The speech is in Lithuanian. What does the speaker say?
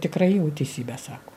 tikrai jau teisybę sako